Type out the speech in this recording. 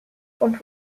und